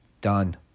Done